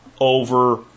over